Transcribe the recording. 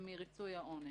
מריצוי העונש.